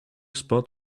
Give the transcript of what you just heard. spot